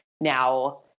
now